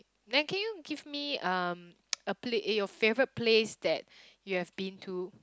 then can you give me um a pla~ eh your favourite place that you have been to